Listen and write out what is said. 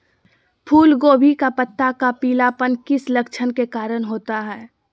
फूलगोभी का पत्ता का पीलापन किस लक्षण के कारण होता है?